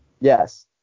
yes